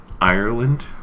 Ireland